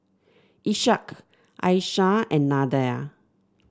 Ishak Aishah and Nadia